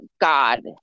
God